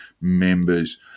members